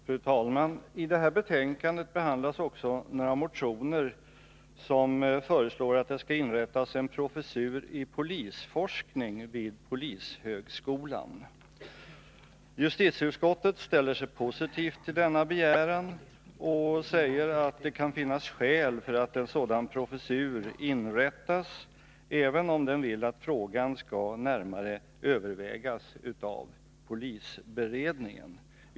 Fru talman! I det här betänkandet behandlas också några motioner som föreslår att det skall inrättas en professur i polisforskning vid polishögskolan. Justitieutskottet ställer sig positivt till denna begäran och säger att det kan finnas skäl för att en sådan professur inrättas — även om man vill att frågan skall närmare övervägas av polisberedningen.